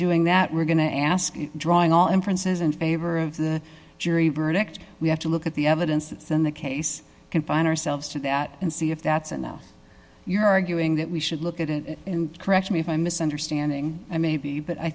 doing that we're going to ask drawing all inferences in favor of the jury verdict we have to look at the evidence that's in the case confine ourselves to that and see if that's enough you're arguing that we should look at it and correct me if i'm misunderstanding i may be but i